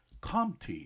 Comte